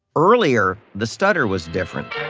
earlier, the stutter was different